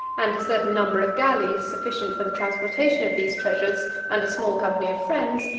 and a certain number of galleys sufficient for the transportation of these treasures and a small company of friends,